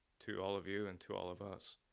to all of you and to all of us